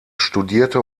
studierte